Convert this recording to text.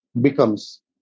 becomes